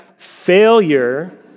failure